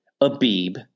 Abib